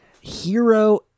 Hero